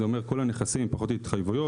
זה אומר כל הנכסים פחות התחייבויות,